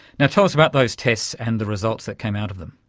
and tell us about those tests and the results that came out of them.